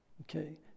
Okay